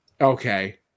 okay